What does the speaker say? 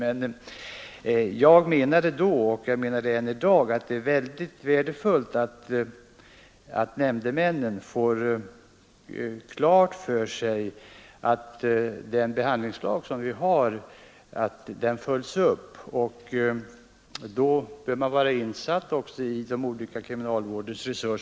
Men jag menade då och jag menar än i dag att det är väldigt värdefullt att nämndemännen får klart för sig att den behandlingslag som vi har skall följas upp, och då bör man också vara insatt i vilka resurser och vilken inriktning kriminalvården har.